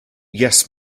yes